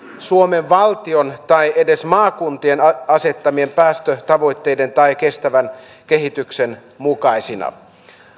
suomen valtion tai edes maakuntien asettamien päästötavoitteiden tai kestävän kehityksen mukaisena